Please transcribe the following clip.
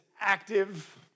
active